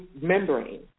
membrane